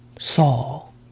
Saul